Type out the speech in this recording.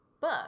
book